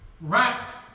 Wrapped